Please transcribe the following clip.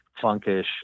funkish